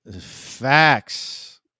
Facts